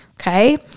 okay